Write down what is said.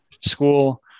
school